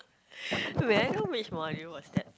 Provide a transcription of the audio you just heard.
may I know which module was that